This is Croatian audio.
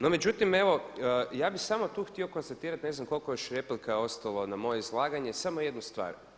No međutim evo, ja bih samo tu htio konstatirati, ne znam koliko još replika je ostalo na moje izlaganje samo jednu stvar.